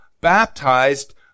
baptized